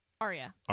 Arya